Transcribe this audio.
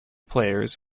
players